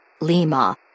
lima